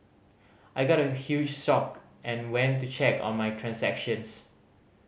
I got a huge shocked and went to check on my transactions